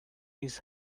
his